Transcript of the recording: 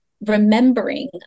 remembering